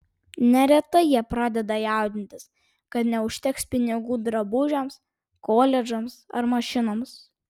neretai jie pradeda jaudintis kad neužteks pinigų drabužiams koledžams ar mašinoms